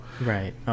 right